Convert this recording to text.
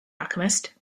alchemist